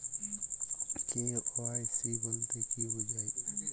KYC বলতে কি বোঝায়?